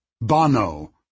Bono